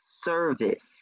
service